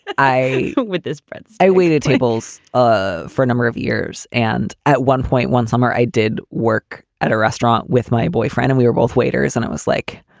i with this prince, i waited tables ah for a number of years and at one point one summer i did work at a restaurant with my boyfriend and we were both waiters and it was like,